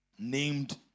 Named